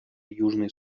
южный